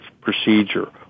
procedure